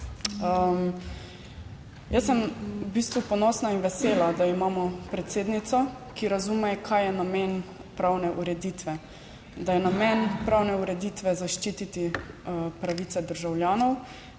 Jaz sem v bistvu ponosna in vesela, da imamo predsednico, ki razume kaj je namen pravne ureditve: da je namen pravne ureditve zaščititi pravice državljanov